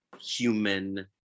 human